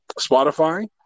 Spotify